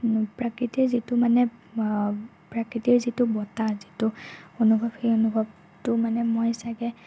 প্ৰাকৃতিক যিটো মানে প্ৰাকৃতিৰ যিটো বতাহ যিটো অনুভৱ সেই অনুভৱটো মানে মই চাগে